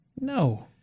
No